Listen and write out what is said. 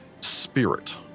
spirit